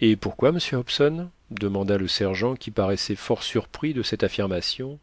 et pourquoi monsieur hobson demanda le sergent qui paraissait fort surpris de cette affirmation